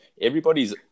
everybody's